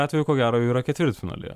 atveju ko gero jau yra ketvirtfinalyje